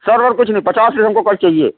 سر ور کچھ نہیں پچاس پیس ہم کو کل چاہیے